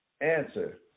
answer